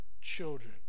children